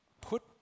put